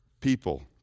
people